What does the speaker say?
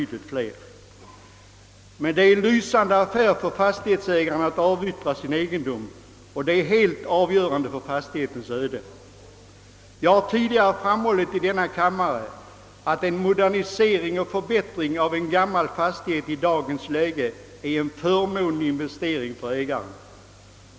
Det är emellertid en lysande affär för fastighetsägaren att avyttra sin egendom, och detta är helt avgörande för fastighetens öde. Jag har tidigare i denna kammare framhållit att en modernisering och förbättring av en gammal fastighet i dagens läge är en förmånlig investering för ägaren.